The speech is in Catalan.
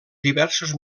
diversos